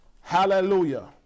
hallelujah